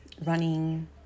running